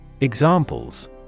Examples